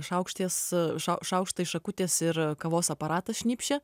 šaukšites a šau šaukštai šakutės ir kavos aparatas šnypščia